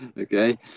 Okay